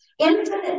Infinite